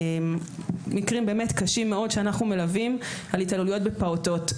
מקרים קשים מאוד שאנחנו מלווים על התעללויות בפעוטות.